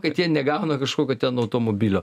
kad jie negauna kažkokio ten automobilio